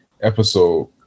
episode